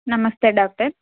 నమస్తే డాక్టర్